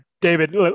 David